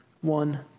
One